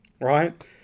right